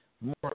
More